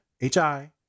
H-I